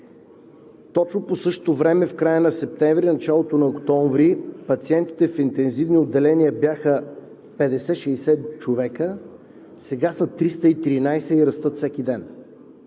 Точно по същото време в края на септември и началото на октомври пациентите в интензивно отделение бяха 50 – 60 човека, сега са 313 и растат всеки ден,